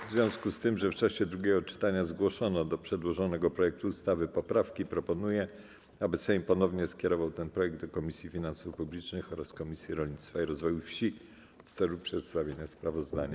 W związku z tym, że w czasie drugiego czytania zgłoszono do przedłożonego projektu ustawy poprawki, proponuję, aby Sejm ponownie skierował ten projekt ustawy do Komisji Finansów Publicznych oraz Komisji Rolnictwa i Rozwoju Wsi w celu przedstawienia sprawozdania.